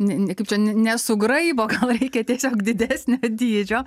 ne kaip čia nesugraibo gal reikia tiesiog didesnio dydžio